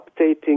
updating